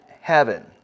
heaven